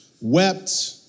wept